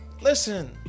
listen